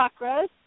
chakras